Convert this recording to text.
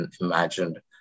imagined